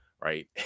Right